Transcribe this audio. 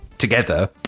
together